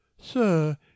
Sir